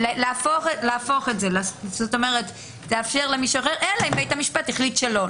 כלומר לאפשר למישהו אחר אלא אם בית המשפט החליט שלא.